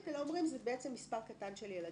אלה אפילו ארבע הסעות.